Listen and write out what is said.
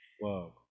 wow